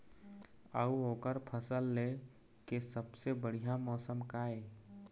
अऊ ओकर फसल लेय के सबसे बढ़िया मौसम का ये?